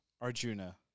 Arjuna